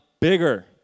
bigger